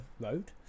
road